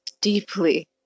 deeply